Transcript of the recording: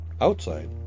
Outside